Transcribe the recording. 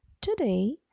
Today